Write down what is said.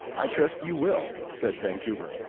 i trust you will, said vancouver.